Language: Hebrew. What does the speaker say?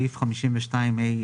בסעיף 52ה(א),